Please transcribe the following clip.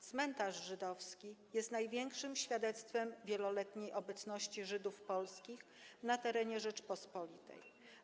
Cmentarz żydowski jest największym świadectwem wieloletniej obecności polskich Żydów na terenie Rzeczypospolitej.